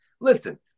listen